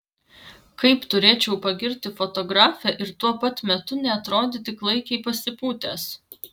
kaip turėčiau pagirti fotografę ir tuo pat metu neatrodyti klaikiai pasipūtęs